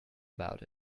about